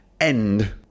end